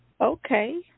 Okay